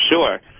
Sure